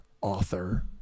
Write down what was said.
author